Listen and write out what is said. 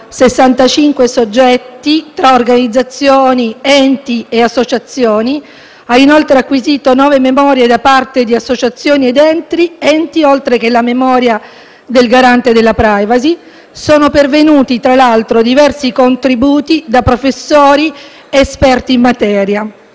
65 soggetti tra organizzazioni, enti e associazioni e ha inoltre acquisito nove memorie da parte di associazioni ed enti, oltre che la memoria del Garante per la protezione dei dati personali. Sono pervenuti, tra l'altro, diversi contributi da professori esperti in materia.